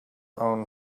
own